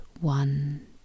one